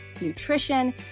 nutrition